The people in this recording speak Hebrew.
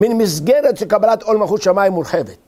מן מסגרת שקבלת עולם אחוז שמים היא מורחבת.